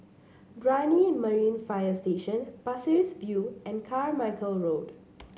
Brani Marine Fire Station Pasir Ris View and Carmichael Road